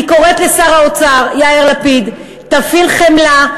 אני קוראת לשר האוצר יאיר לפיד: תפעיל חמלה,